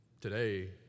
today